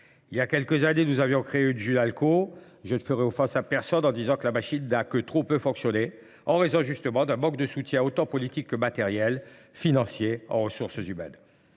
Il y a quelques années, nous avions créé une Jules-Alcaud. Je ne ferai offense à personne en disant que la machine n'a que trop peu fonctionné, en raison justement d'un manque de soutien autant politique que matériel, financier en ressources humaines.